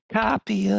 copy